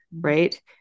right